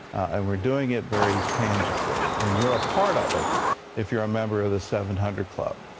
and we're doing it very tangeably and you're a part of it if you're a member of the seven hundred club.